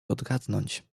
odgadnąć